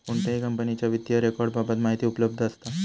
कोणत्याही कंपनीच्या वित्तीय रेकॉर्ड बाबत माहिती उपलब्ध असता